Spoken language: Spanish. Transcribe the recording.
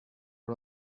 una